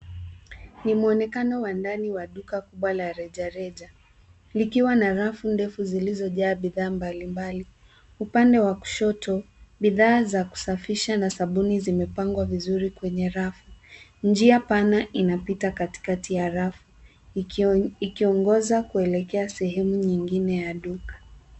Ni mwonekano wa ndani wa duka kubwa la rejareja likwa na rafu ndefu zilizojaa bidhaa mbalimbali. Upande wa kushoto, bidhaa za kusafisha na sabuni zimepangwa vizuri kwenye rafu. Njia pana inapita katikati ya rafu ikiongoza kuelekea sehumu nyingine ya duka.